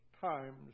times